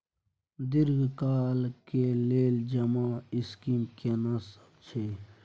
दीर्घ काल के लेल जमा स्कीम केना सब छै?